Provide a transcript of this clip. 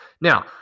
Now